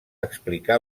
explicar